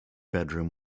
bedroom